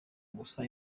gusa